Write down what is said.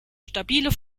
stabile